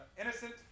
innocent